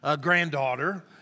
granddaughter